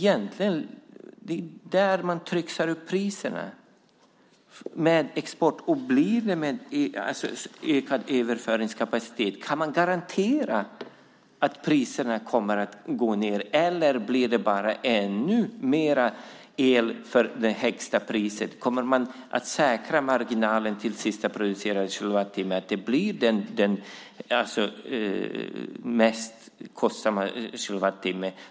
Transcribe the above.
Det är där som priserna tricksas upp - export och ökad överföringskapacitet. Kan man garantera att priserna kommer att gå ned, eller blir det bara ännu mer el till det högsta priset? Kommer man att säkra marginalen till sista producerade kilowattimme så att det blir den mest kostsamma kilowattimmen?